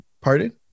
Pardon